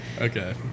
Okay